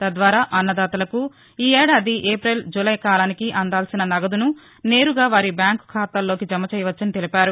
తద్వారా అన్నదాతలకు ఈ ఏడాది ఏపిల్ జులై కాలానికి అందాల్సిన నగదుసు నేరుగా వారి బ్యాంకు ఖాతాల్లోకి జమ చేయవచ్చని తెలిపారు